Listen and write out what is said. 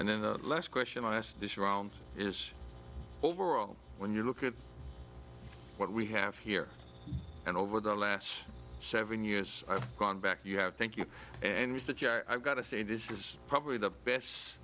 asked this round is overall when you look at what we have here and over the last seven years i've gone back you have thank you and i've got to say this is probably the best